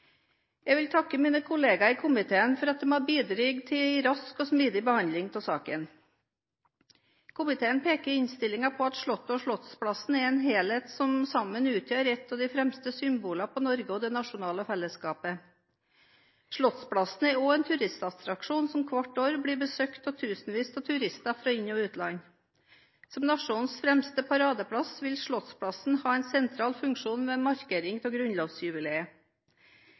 Jeg vil takke mine kolleger i komiteen for at de har bidratt til rask og smidig behandling av saken. Komiteen peker i innstillingen på at Slottet og Slottsplassen er en helhet som sammen utgjør et av de fremste symbolene på Norge og det nasjonale fellesskapet. Slottsplassen er også en turistattraksjon som hvert år blir besøkt av tusenvis av turister fra inn- og utland. Som nasjonens fremste paradeplass vil Slottsplassen ha en sentral funksjon ved markeringen av grunnlovsjubileet.